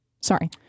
sorry